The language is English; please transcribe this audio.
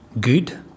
good